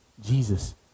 Jesus